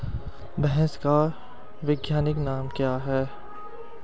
भैंस का वैज्ञानिक नाम क्या है?